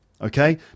okay